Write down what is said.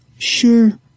Sure